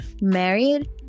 married